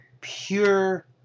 pure